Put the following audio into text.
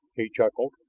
he chuckled.